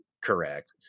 Correct